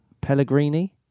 Pellegrini